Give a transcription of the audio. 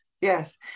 yes